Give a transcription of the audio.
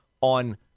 on